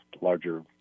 larger